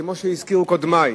כמו שהזכירו קודמי.